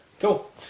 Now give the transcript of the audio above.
Cool